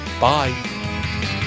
bye